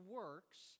works